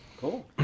cool